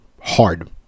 hard